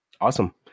Awesome